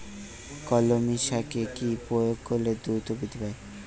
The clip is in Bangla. কলমি শাকে কি প্রয়োগ করলে দ্রুত বৃদ্ধি পায়?